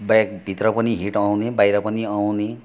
ब्यागभित्र पनि हिट आउने बाहिर पनि आउने